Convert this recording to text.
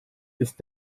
ist